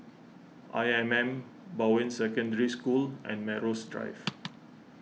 I M M Bowen Secondary School and Melrose Drive